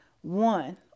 one